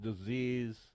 disease